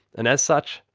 and as such,